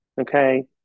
Okay